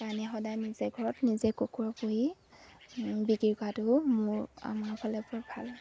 কাৰণে সদায় নিজে ঘৰত নিজে কুকুৰ পুহি বিক্ৰী কৰাটো মোৰ আমাৰ ফালে বৰ ভাল